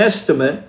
estimate